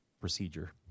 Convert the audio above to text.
procedure